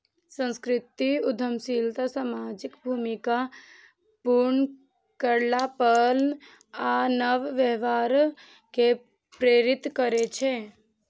सांस्कृतिक उद्यमशीलता सामाजिक भूमिका पुनर्कल्पना आ नव व्यवहार कें प्रेरित करै छै